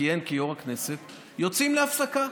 שכיהן כיו"ר הכנסת: יוצאים להפסקה.